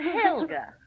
Helga